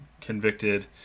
convicted